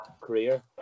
career